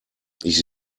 ich